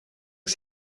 que